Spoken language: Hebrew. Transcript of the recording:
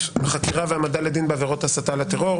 חקירה והעמדה לדין בעבירות הסתה לטרור.